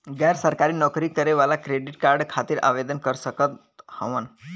गैर सरकारी नौकरी करें वाला क्रेडिट कार्ड खातिर आवेदन कर सकत हवन?